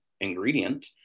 ingredient